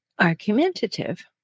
argumentative